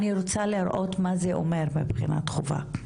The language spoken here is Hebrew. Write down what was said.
אני רוצה לראות מה זה אומר מבחינת חובה,